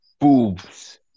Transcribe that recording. boobs